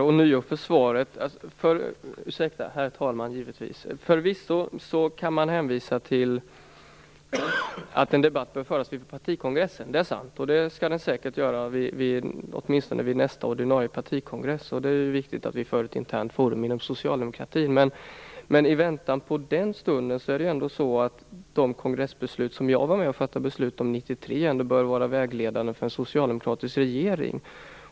Herr talman! Jag tackar ånyo för svaret. Förvisso kan man hänvisa till att en debatt bör föras vid partikongressen. Det skall den säkert vid nästa ordinarie partikongress. Det är viktigt att vi för en intern debatt inom socialdemokratin. Men i väntan på den stunden bör ändå de kongressbeslut som jag var med och fattade 1993 vara vägledande för en socialdemokratisk regering.